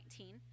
2019